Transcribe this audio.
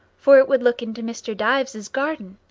for it would look into mr. dyves's garden.